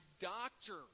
doctor